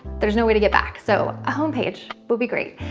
there's no way to get back. so a home page would be great.